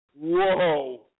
Whoa